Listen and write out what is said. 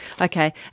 Okay